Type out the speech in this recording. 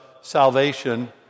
salvation